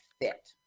fit